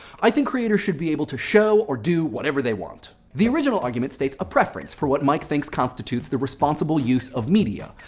i think creators should be able to show or do whatever they want. the original argument states a preference for what mike thinks constitutes the responsible use of media.